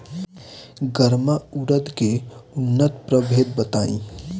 गर्मा उरद के उन्नत प्रभेद बताई?